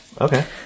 okay